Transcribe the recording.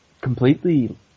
completely